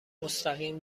مستقیم